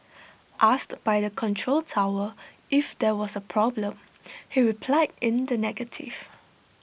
asked by the control tower if there was A problem he replied in the negative